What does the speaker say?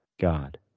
God